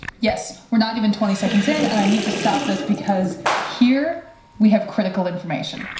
yes, we're not even twenty seconds in and i need to stop this because here we have critical information.